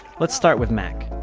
let's start with mac.